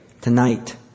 tonight